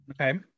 Okay